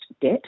debt